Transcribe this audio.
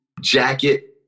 jacket